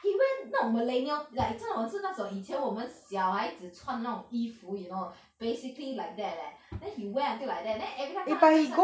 he wear 那种 millennial like 这种是那种以前我们小孩子穿那种衣服 you know basically like that leh then he wear until like that every time 看他会穿